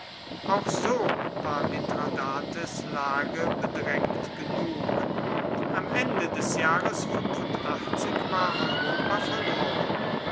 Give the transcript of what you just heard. auch so war mithradates lage bedrängt genug am ende des jahres war europa verloren